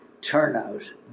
turnout